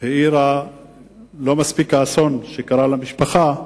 לא מספיק האסון שקרה למשפחה,